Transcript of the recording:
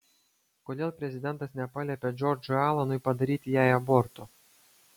kodėl prezidentas nepaliepė džordžui alanui padaryti jai aborto